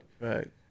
Right